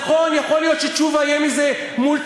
נכון, יכול להיות שתשובה יהיה מזה מולטי-מיליארדר.